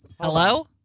Hello